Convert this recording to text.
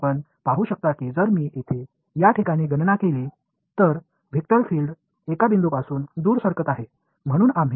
இப்பொழுது இந்த புள்ளியில் இருந்து நான் கணக்கிடும் பொழுது வெக்டர் பீல்டு ஒரு புள்ளியிலிருந்து விலகிச் செல்வதை நீங்கள் காணலாம்